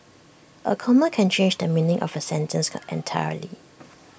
A comma can change the meaning of A sentence can entirely